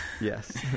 Yes